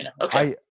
Okay